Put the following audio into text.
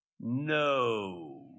no